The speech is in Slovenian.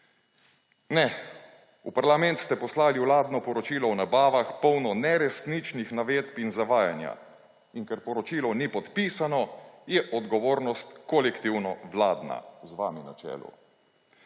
Ne. V parlament ste poslali vladno poročilo o nabavah, polno neresničnih navedb in zavajanja. In ker poročilo ni podpisano, je odgovornost kolektivno vladna, z vami na čelu.